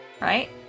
Right